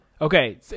Okay